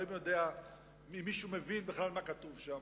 אלוהים יודע אם מישהו מבין בכלל מה כתוב שם.